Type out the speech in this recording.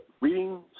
reading